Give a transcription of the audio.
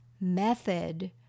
method